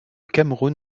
cameroun